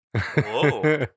Whoa